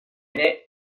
ere